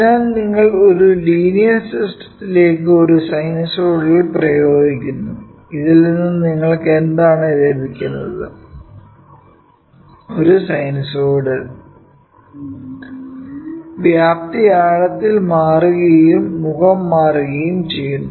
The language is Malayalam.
അതിനാൽ നിങ്ങൾ ഒരു ലീനിയർ സിസ്റ്റത്തിലേക്ക് ഒരു സൈനസോയ്ഡൽ പ്രയോഗിക്കുന്നു ഇതിൽ നിന്ന് നിങ്ങൾക്ക് എന്താണ് ലഭിക്കുന്നത് ഒരു സിനോസോയ്ഡൽ വ്യാപ്തി ആഴത്തിൽ മാറുകയും മുഖം മാറുകയും ചെയ്യും